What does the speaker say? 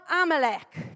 Amalek